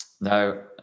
No